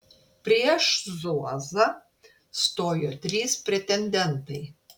prieš zuozą stojo trys pretendentai